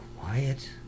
quiet